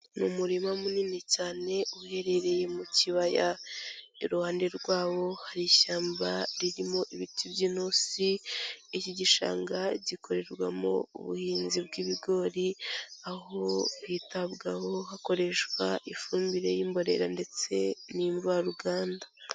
Ni umurima munini cyane, uherereye mu kibaya, iruhande rwabo hari ishyamba ririmo ibiti by'intusi, iki gishanga gikorerwamo ubuhinzi bw'ibigori, aho hitabwaho hakoreshwa ifumbire y'imborera ndetse n'imvaruganda.